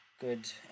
good